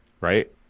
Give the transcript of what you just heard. right